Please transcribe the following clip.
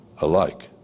alike